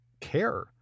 care